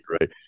right